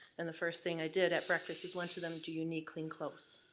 and the first thing i did at breakfast is went to them. do you need clean clothes?